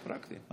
להיות פרקטיים.